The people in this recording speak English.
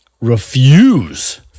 refuse